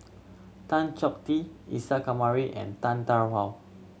Tan Chong Tee Isa Kamari and Tan Tarn How